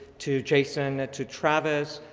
to jason, to travis,